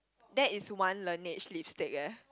that is one Laneige lipstick eh